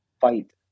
fight